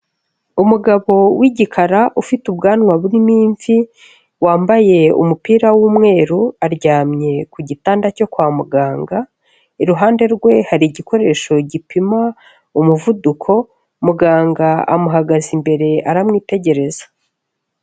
Umugabo w'igikara ufite ubwanwa burimo imvi, wambaye umupira w'umweru, aryamye ku gitanda cyo kwa muganga, iruhande rwe hari igikoresho gipima umuvuduko, muganga amuhagaze imbere aramwitegereza.